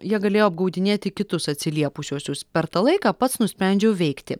jie galėjo apgaudinėti kitus atsiliepusiuosius per tą laiką pats nusprendžiau veikti